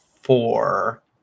four